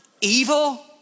evil